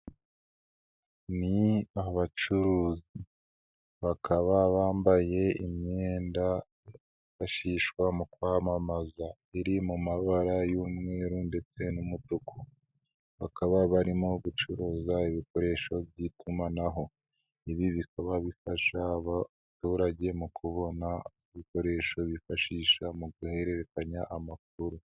Ni abacuruza bakaba bambaye imyenda yifashishwa mu kwamamaza iri mu mabara y'umweru ndetse n'umutuku, bakaba barimo gucuruza ibikoresho by'itumanaho, ibi bikaba bifasha abaturage mu kubona ibikoresho bifashisha mu guhererekanya amakuru.